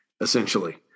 Essentially